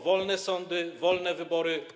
Wolne sądy, wolne wybory.